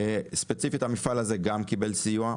ספציפית המפעל הזה גם קיבל סיוע,